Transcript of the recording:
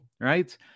right